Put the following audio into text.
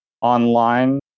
online